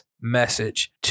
message